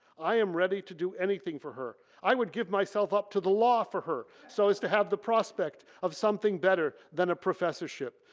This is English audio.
i am ready to do anything for her. i would give myself up to the law for her so as to have the prospect of something better than a professorship.